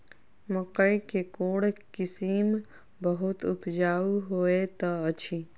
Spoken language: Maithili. मकई केँ कोण किसिम बहुत उपजाउ होए तऽ अछि?